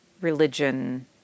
religion